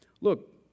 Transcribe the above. look